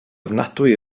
ofnadwy